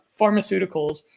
pharmaceuticals